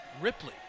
Ripley